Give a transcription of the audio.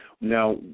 Now